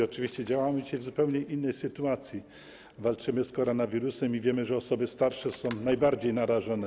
Oczywiście działamy dzisiaj w zupełnie innej sytuacji, walczymy z koronawirusem i wiemy, że osoby starsze są najbardziej narażone.